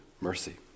mercy